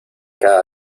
cada